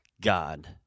God